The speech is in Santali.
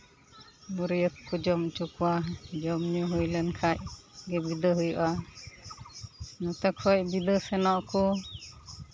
ᱵᱟᱹᱨᱭᱟᱹᱛ ᱠᱚ ᱡᱚᱢ ᱧᱩ ᱦᱚᱪᱚ ᱠᱚᱣᱟ ᱡᱚᱢ ᱧᱩ ᱦᱩᱭ ᱞᱮᱱᱠᱷᱟᱡ ᱜᱮ ᱵᱤᱫᱟᱹ ᱦᱩᱭᱩᱜᱼᱟ ᱱᱚᱛᱮ ᱠᱷᱚᱡ ᱵᱤᱫᱟᱹ ᱥᱮᱱᱚᱜ ᱟᱠᱚ